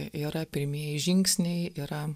yra pirmieji žingsniai yra